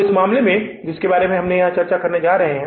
तो इस मामले में जिसके बारे में हम यहां चर्चा करने जा रहे हैं